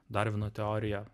darvino teoriją